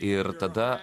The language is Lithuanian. ir tada